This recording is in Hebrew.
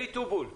אלי טובול.